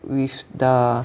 with the